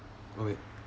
oh wait